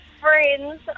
friends